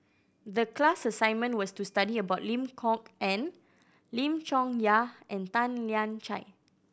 the class assignment was to study about Lim Kok Ann Lim Chong Yah and Tan Lian Chye